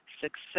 success